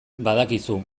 badakizu